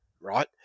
right